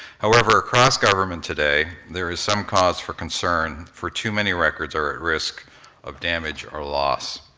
however, across government today, there is some cause for concern, for too many records are at risk of damage or loss.